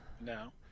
No